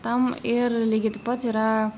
tam ir lygiai taip pat yra